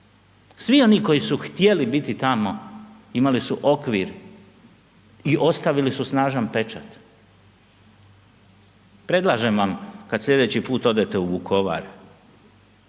Svi oni koji su htjeli biti tamo imali su okvir i ostavili su snažan pečat. Predlažem vam, kad sljedeći put odete u Vukovar,